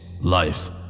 life